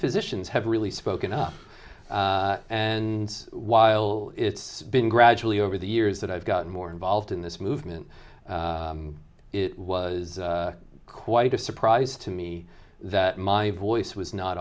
physicians have really spoken up and while it's been gradually over the years that i've gotten more involved in this movement it was quite a surprise to me that my voice was not